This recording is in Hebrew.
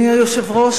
אדוני היושב-ראש,